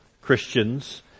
Christians